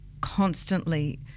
constantly